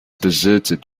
deserted